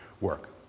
work